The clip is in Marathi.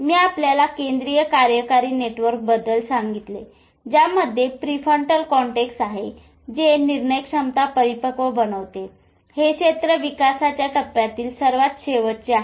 मी आपल्याला केंद्रीय कार्यकारी नेटवर्कबद्दल सांगितले ज्यामध्ये प्रीफ्रंटल कॉर्टेक्स आहे जे निर्णय क्षमता परिपक्व बनविते हे क्षेत्रविकासाच्या टप्प्यातील सर्वात शेवटचे आहे